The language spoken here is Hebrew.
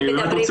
אני רוצה